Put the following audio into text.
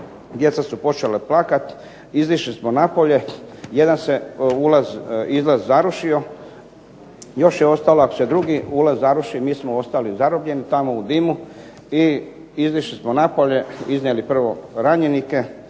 Djeca su počela plakati, izišli smo na polje. Jedan se izlaz zarušio. Još je ostalo ako se drugi ulaz zaruši mi smo ostali zarobljeni tamo u dimu i izišli smo na polje, iznijeli prvo ranjenike.